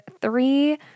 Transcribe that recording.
three